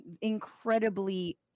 incredibly